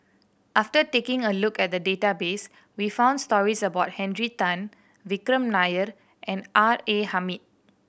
after taking a look at the database we found stories about Henry Tan Vikram Nair and R A Hamid